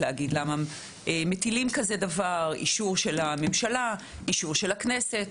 יחייב אישור של הממשלה ואישור של הכנסת.